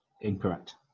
Incorrect